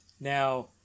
Now